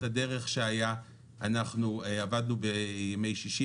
הדרך שהיה אנחנו עבדנו בימי שישי,